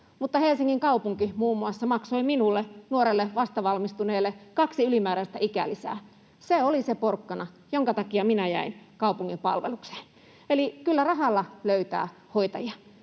Helsingin kaupunki muun muassa maksoi minulle, nuorelle vastavalmistuneelle, kaksi ylimääräistä ikälisää. Se oli se porkkana, jonka takia minä jäin kaupungin palvelukseen. Eli kyllä rahalla löytää hoitajia.